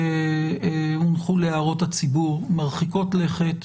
שהונחו להערות הציבור, מרחיקות לכת,